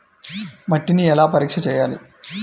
మట్టిని ఎలా పరీక్ష చేయాలి?